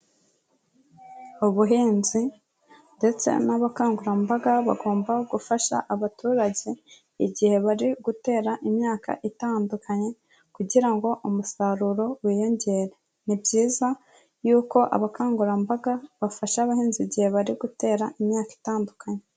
Ubuhinzi ndetse n'ubukangurambaga bugomba gufasha abaturage igihe bari gutera imyaka itandukanye, kugira ngo umusaruro wiyongere. Ni byiza yuko abakangurambaga bafasha abahinzi igihe bari gutera imyaka itandukanye.